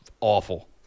awful